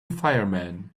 fireman